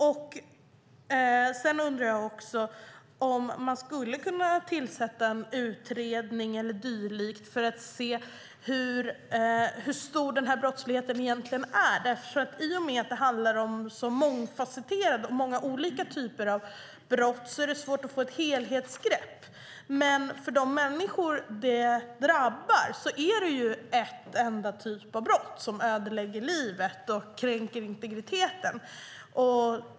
Vidare undrar jag om man skulle kunna tillsätta en utredning eller dylikt för att undersöka hur stor den här brottsligheten egentligen är. I och med att det är mångfasetterat och handlar om många olika typer av brott är det svårt att få ett helhetsgrepp. För dem som drabbas rör det sig om en enda typ av brott som ödelägger deras liv och kränker deras integritet.